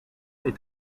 est